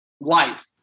life